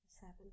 seven